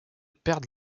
perdent